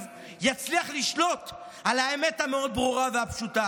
לא יצליחו לשלוט על האמת המאוד-ברורה והפשוטה: